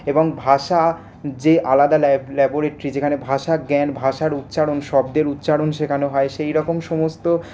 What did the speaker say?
এবং ভাষা যে আলাদা লাইব্রো ল্যাবোরেট্রি ভাষা জ্ঞান ভাষার উচ্চারণ শব্দের উচ্চারণ শেখানো হয় সেইরকম সমস্ত